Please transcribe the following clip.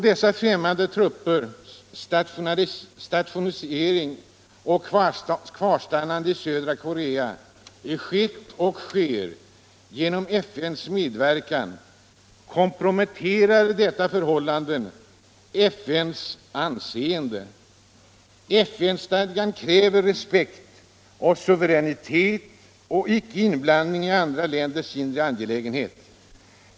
Dessa främmande truppers stationering och kvarstannande i södra Korea har skett och sker genom FN:s medverkan, vilket komprometterar FN:s anseende. FN-stadgan kräver respekt och suveränitet och icke-inblandning i andra länders inre angelägenheter.